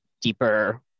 deeper